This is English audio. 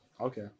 Okay